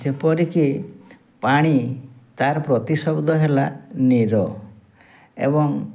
ଯେପରିକି ପାଣି ତାର ପ୍ରତିଶବ୍ଦ ହେଲା ନୀର ଏବଂ